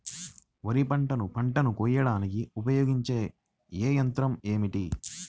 వరిపంటను పంటను కోయడానికి ఉపయోగించే ఏ యంత్రం ఏమిటి?